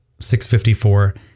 654